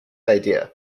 idea